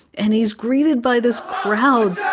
and he's greeted by this crowd